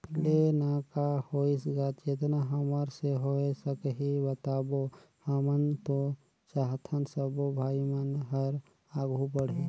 ले ना का होइस गा जेतना हमर से होय सकही बताबो हमन तो चाहथन सबो भाई मन हर आघू बढ़े